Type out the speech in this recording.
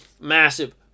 massive